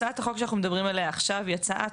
הצעת החוק שאנחנו מדברים עליה עכשיו היא הצעת